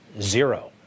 zero